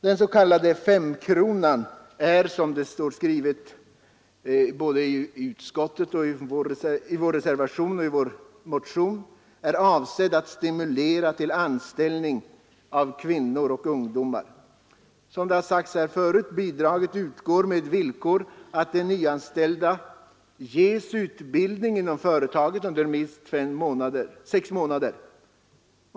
Den s.k. femkronan är, som det står skrivet både i reservationen och i vår motion, avsedd att stimulera till anställning av kvinnor och ungdomar. Som det har sagts här förut utgår bidraget med villkor att den nyanställde ges utbildning inom företaget under minst sex månader.